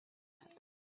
happen